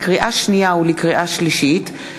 לקריאה שנייה ולקריאה שלישית,